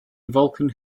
vulcan